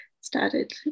started